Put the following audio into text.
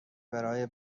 برای